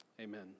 Amen